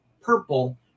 purple